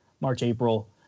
March-April